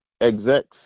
execs